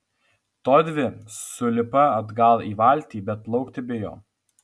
todvi sulipa atgal į valtį bet plaukti bijo